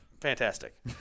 fantastic